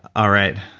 all right.